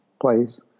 place